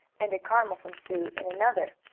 and a caramel from sue in another,